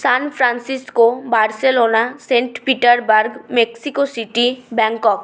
San Francisco Barcelona Saint Petersburg Mexico City Bangkok